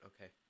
okay